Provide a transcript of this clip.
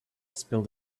spilled